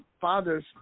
father's